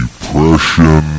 depression